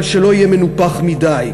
אבל שלא יהיה מנופח מדי.